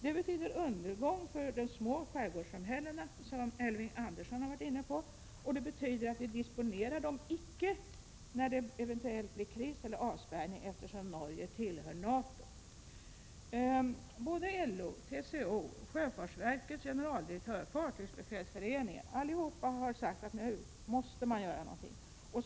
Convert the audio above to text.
Det betyder undergång för de små skärgårdssamhällena, som Elving Andersson varit inne på. Det betyder också att vi icke disponerar kustsjöfarten när det eventuellt blir kris eller avspärrning, eftersom Norge tillhör NATO. en har sagt att man måste göra någonting nu.